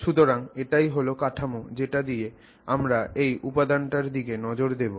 সুতরাং এটাই হলো কাঠামো যেটা দিয়ে আমরা এই উপাদানটার দিকে নজর দেব